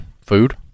Food